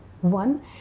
One